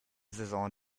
saison